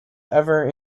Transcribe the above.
ever